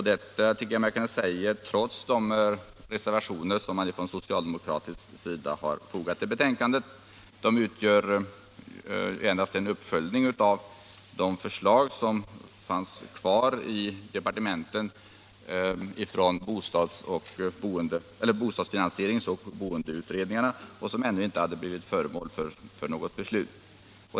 Detta tycker jag mig kunna säga trots de reservationer som socialdemokraterna har fogat till betänkandet. De utgör endast en uppföljning av de förslag som fanns kvar i departementet från bostadsfinansieringsoch boendeutredningarna och som ännu inte blivit föremål för något beslut.